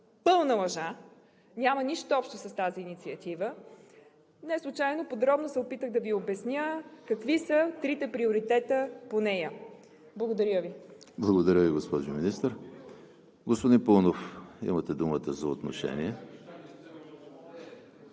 пълна лъжа. Няма нищо общо с тази инициатива. Неслучайно подробно се опитах да Ви обясня какви са трите приоритета по нея. Благодаря Ви. ПРЕДСЕДАТЕЛ ЕМИЛ ХРИСТОВ: Благодаря Ви, госпожо Министър. Господин Паунов, имате думата за отношение.